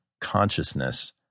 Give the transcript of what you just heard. consciousness